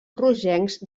rogencs